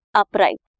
upright